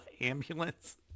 ambulance